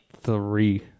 three